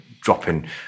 dropping